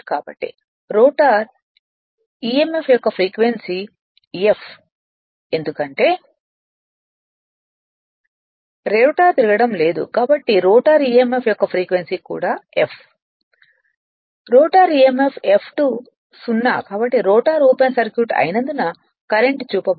కాబట్టి rotor emf యొక్క frequency f ఎందుకంటే రోటర్ తిరగడం లేదు కాబట్టి రోటర్ emf యొక్క ఫ్రీక్వెన్సీ కూడా f రోటర్ emf F2 0 కాబట్టి రోటర్ ఓపెన్ సర్క్యూట్ అయినందున కరెంట్ చూపబడదు